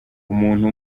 umuntu